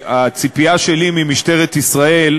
שהציפייה שלי ממשטרת ישראל,